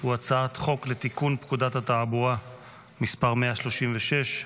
הוא הצעת חוק לתיקון פקודת התעבורה (מס' 136),